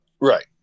Right